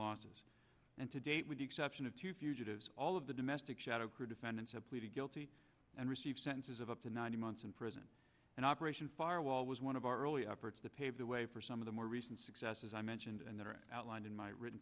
losses and to date with the exception of two fugitives all of the domestic shadow crew defendants have pleaded guilty and received sentences of up to nine months in prison and operation firewall was one of our early efforts to pave the way for some of the more recent successes i mentioned and there are outlined in my written